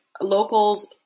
locals